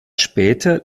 später